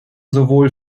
sowohl